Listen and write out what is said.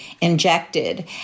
injected